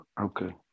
Okay